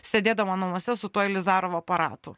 sėdėdama namuose su tuo ilizarovo aparatu o